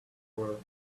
work